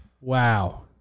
wow